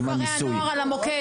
כל כפרי הנוער על המוקד.